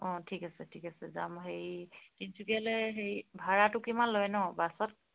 অঁ ঠিক আছে ঠিক আছে যাম হেৰি তিনিচুকীয়ালৈ হেৰি ভাড়াটো কিমান লয় ন বাছত